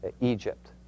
Egypt